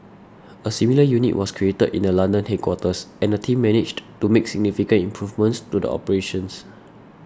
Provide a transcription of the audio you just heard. a similar unit was created in the London headquarters and the team managed to make significant improvements to the operations